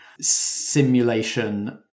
simulation